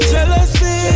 Jealousy